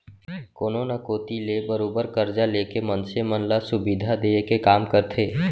कोनो न कोती ले बरोबर करजा लेके मनसे मन ल सुबिधा देय के काम करथे